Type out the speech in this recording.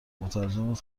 مترجمت